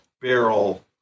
barrel